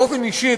באופן אישי,